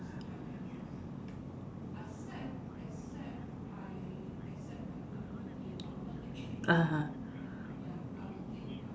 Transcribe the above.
(uh huh)